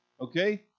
Okay